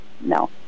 no